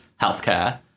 healthcare